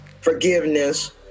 forgiveness